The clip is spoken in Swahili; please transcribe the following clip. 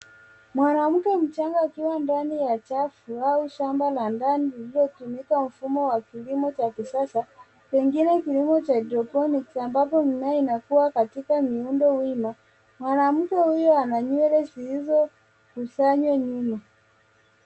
Mwanamke mchanga akiwa ndani ya chafu au shamba la ndani lililofunikwa. Mfumo wa kilimo cha kisasa pengine kilimo cha hydroponics ambapo mimea inakua katika miundo wima. Mwanamke huyu ana nywele zilizokusanywa nyuma.